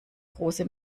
große